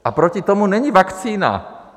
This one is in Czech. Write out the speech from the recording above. A proti tomu není vakcína.